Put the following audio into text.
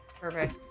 perfect